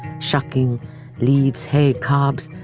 shucking leaves, hay cobs,